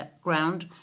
ground